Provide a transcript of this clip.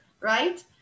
right